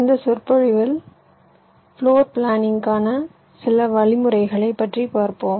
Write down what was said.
இந்த சொற்பொழிவில் பிளோர் பிளானிங்க்கான சில வழிமுறைகளைப் பற்றி பார்ப்போம்